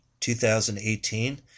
2018